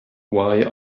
why